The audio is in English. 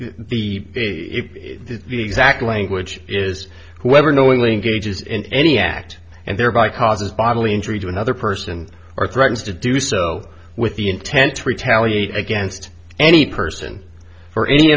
if the exact language is whoever knowingly engages in any act and thereby causes bodily injury to another person or threatens to do so with the intent to retaliate against any person for any